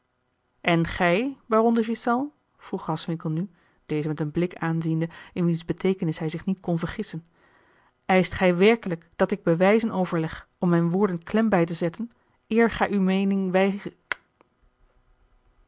en gij baron de ghiselles vroeg graswinckel nu dezen met een blik aanziende in wiens beteekenis hij zich niet kon vergissen eischt gij werkelijk dat ik bewijzen overleg om mijne woorden klem bij te zetten eer gij uwe meening